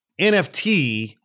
nft